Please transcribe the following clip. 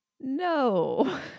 No